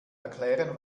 erklären